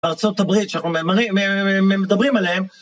ארצות הברית שאנחנו מדברים עליהן